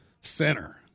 center